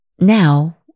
Now